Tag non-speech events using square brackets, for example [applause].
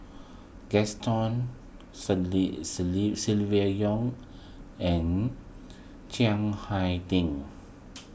[noise] Gaston [unintelligible] Yong and Chiang Hai Ding